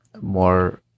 more